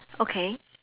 okay